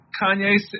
Kanye